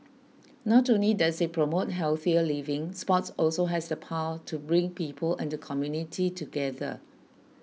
not only does it promote healthier living sports also has the power to bring people and the community together